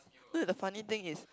the funny thing is